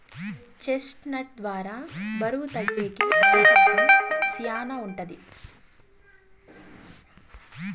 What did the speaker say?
chest నట్ ద్వారా బరువు తగ్గేకి అవకాశం శ్యానా ఉంటది